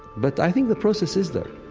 but i think the process is there